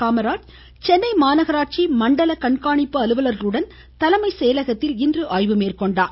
காமராஜ் சென்னை மாநகராட்சி மண்டல மற்றும் கண்காணிப்பு அலுவலர்களுடன் தலைமைச் செயலகத்தில் இன்று ஆய்வு மேற்கொண்டார்